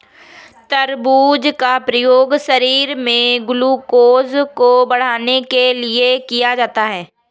तरबूज का प्रयोग शरीर में ग्लूकोज़ को बढ़ाने के लिए किया जाता है